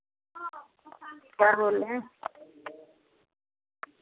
क्या बोल रहे हैं